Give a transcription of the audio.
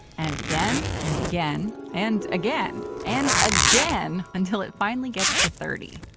and again. and again. and again. and again, until it finally gets to thirty.